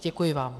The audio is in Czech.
Děkuji vám.